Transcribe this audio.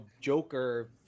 Joker